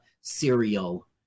serial